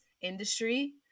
industry